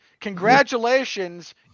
congratulations